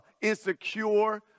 insecure